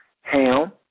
Ham